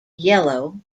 yellow